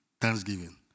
thanksgiving